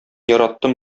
яраттым